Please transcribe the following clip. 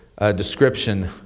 description